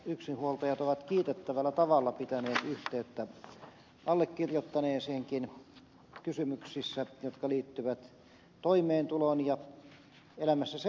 yksinhuoltajat ovat kiitettävällä tavalla pitäneet yhteyttä allekirjoittaneeseenkin kysymyksissä jotka liittyvät toimeentuloon ja elämässä selviämiseen